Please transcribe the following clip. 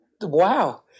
wow